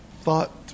thought